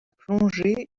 plongée